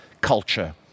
culture